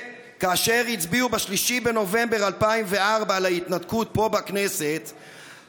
כאשר הצביעו ב-3 בנובמבר 2004 על ההתנתקות פה בכנסת,